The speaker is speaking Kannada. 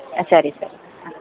ಆಂ ಸರಿ ಸರಿ